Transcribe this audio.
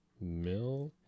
Milk